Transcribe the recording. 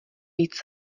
víc